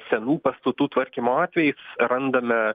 senų pastatų tvarkymo atvejais randame